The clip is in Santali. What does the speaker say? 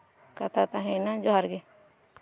ᱠᱟᱛᱷᱟ ᱛᱟᱸᱦᱮᱭᱮᱱᱟ ᱡᱚᱸᱦᱟᱨ ᱜᱮ